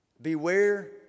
Beware